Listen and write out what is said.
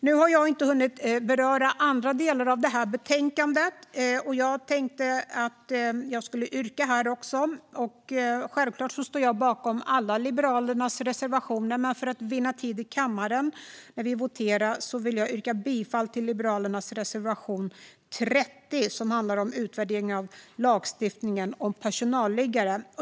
Jag har inte hunnit beröra andra delar av det här betänkandet, och jag tänkte att jag skulle göra några yrkanden också. Självklart står jag bakom alla Liberalernas reservationer, men för att vinna tid i kammaren när vi voterar vill jag yrka bifall till Liberalernas reservation 30 som handlar om utvärdering av lagstiftningen om personalliggare.